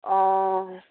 অঁ